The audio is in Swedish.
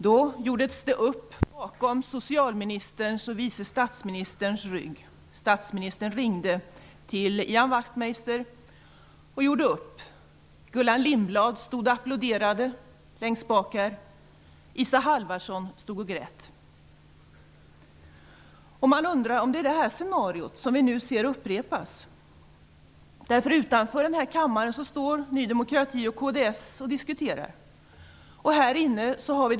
Då gjordes det upp bakom socialministerns, och vice statsministerns, rygg. Statsministern ringde till Ian Wachtmeister och gjorde upp med honom. Gullan Lindblad stod och applåderade längst bak i kammaren. Isa Halvarsson stod och grät. Man undrar om det är detta scenario som vi nu ser upprepas. Utanför denna kammare står nämligen Ny demokrati och kds och diskuterar. Här inne förs debatten.